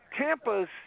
Tampa's